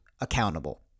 accountable